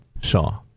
Saw